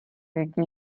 які